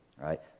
right